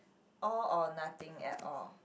all or nothing at all